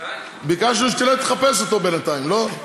ביקשנו שתלך לחפש אותו בינתיים, לא?